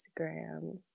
instagram